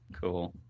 Cool